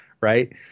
right